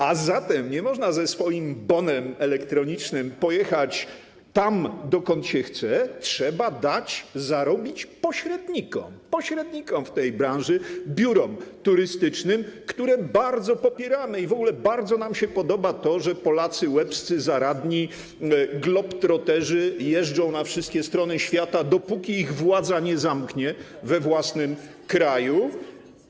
A zatem nie można ze swoim bonem elektronicznym pojechać tam, dokąd się chce, trzeba dać zarobić pośrednikom w tej branży, biurom turystycznym, które bardzo popieramy, i w ogóle bardzo nam się podoba to, że Polacy łebscy, zaradni, globtroterzy jeżdżą we wszystkie strony świata, dopóki ich władza nie zamknie we własnym kraju, ale.